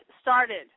started